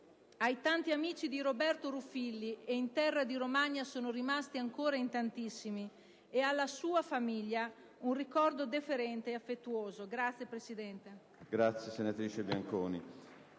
Ai tanti amici di Roberto Ruffilli (e in terra di Romagna sono rimasti ancora in tantissimi) e alla sua famiglia va un ricordo deferente ed affettuoso. *(Applausi